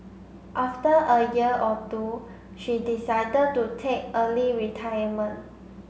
after a year or two she decided to take early retirement